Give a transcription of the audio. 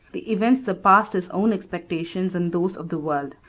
the event surpassed his own expectations and those of the world.